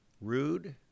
rude